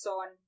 on